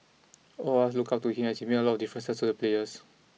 all of us looked up to him and he made a lot of difference to the players